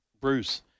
Bruce